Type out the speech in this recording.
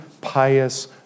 pious